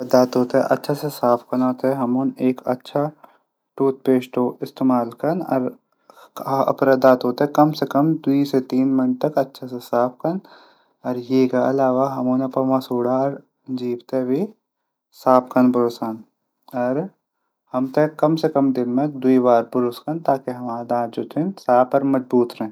दांतो थै अच्छा से साफ कनू कुण एक अच्छा टूथपेस्ट कू इस्तेमाल कन और अपड दांथो थै दिवई या तीन मिनट तक साफ कन। और येक अलावा हमन मसूडा और जीभ तै भी साफ कन बुरूषन अर हमथै दिन मा दिवई बार साफ कन।